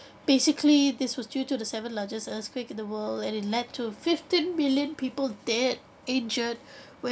basically this was due to the seventh largest earthquake in the world and it led to fifteen million people dead injured